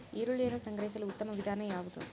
ಈರುಳ್ಳಿಯನ್ನು ಸಂಗ್ರಹಿಸಲು ಉತ್ತಮ ವಿಧಾನ ಯಾವುದು?